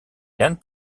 yann